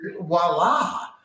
voila